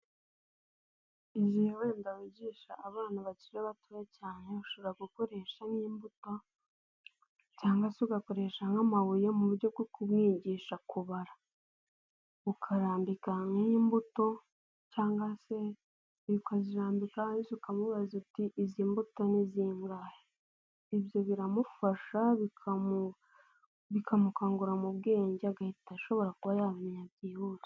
Igihe wenda wigisha abana bakiri batoya cyane ushobora gukoresha imbuto cyangwa se ugakoresha nk'amabuye mu buryo bwo kumwigisha kubara ukarambika imbuto cyangwa se ukazirambika ariko ukamubaza uti izi mbuto ni zingahe? ibyo biramufasha bikamukangurarira mu bwenge agahita ashobora kuba yabimenya byihuse.